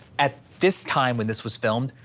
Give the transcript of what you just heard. at this time when this was filmed,